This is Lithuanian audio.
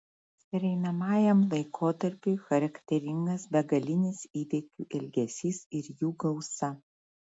pereinamajam laikotarpiui charakteringas begalinis įvykių ilgesys ir jų gausa